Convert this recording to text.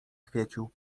kwieciu